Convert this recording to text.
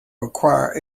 acquire